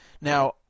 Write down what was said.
Now